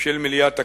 של מליאת הכנסת: